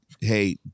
hey